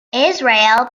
israel